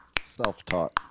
Self-taught